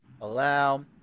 Allow